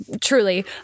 truly